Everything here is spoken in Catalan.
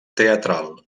teatral